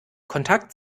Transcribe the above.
kontakt